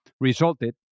resulted